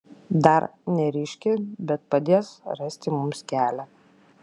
dar neryški bet padės rasti mums kelią